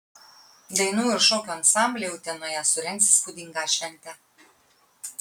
dainų ir šokių ansambliai utenoje surengs įspūdingą šventę